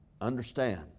understand